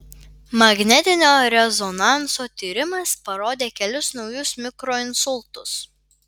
magnetinio rezonanso tyrimas parodė kelis naujus mikroinsultus